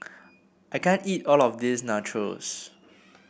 I can't eat all of this Nachos